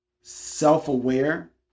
self-aware